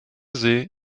see